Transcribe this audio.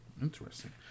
Interesting